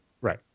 Right